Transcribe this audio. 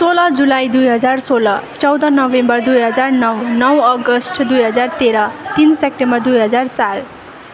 सोह्र जुलाई दुई हजार सोह्र चौध नोभेम्बर दुई हजार नौ नौ अगस्ट दुई हजार तेह्र तिन सेक्टेम्बर दुई हजार चार